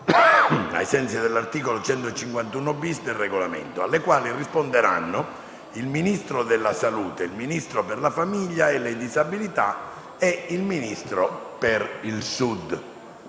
ai sensi dell'articolo 151-*bis* del Regolamento, alle quali risponderanno il Ministro della salute, il Ministro per la famiglia e le disabilità e il Ministro per il Sud.